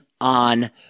on